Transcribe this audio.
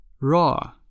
Raw